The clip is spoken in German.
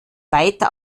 weiter